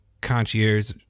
concierge